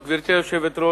אין מתנגדים ואין נמנעים,